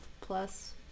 plus